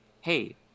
hey